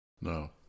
No